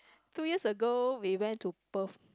two years ago we went to Perth